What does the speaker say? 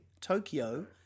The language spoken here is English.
Tokyo